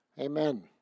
Amen